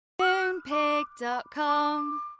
Moonpig.com